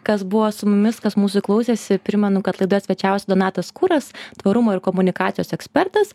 kas buvo su mumis kas mūsų klausėsi primenu kad laidoje svečiavosi donatas kuras tvarumo ir komunikacijos ekspertas